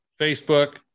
Facebook